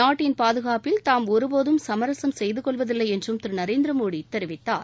நாட்டின் பாதுகாப்பில் தாம் ஒருபோதும் சமரசம் செய்துக் கொள்வதில்லை என்று திரு நரேந்திரமோடி தெரிவித்தார்